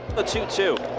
the two-two.